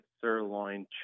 sirloin